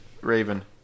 Raven